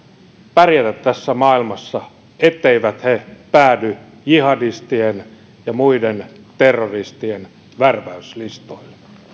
pärjätä tässä maailmassa etteivät he päädy jihadistien ja muiden terroristien värväyslistoille